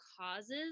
causes